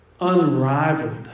unrivaled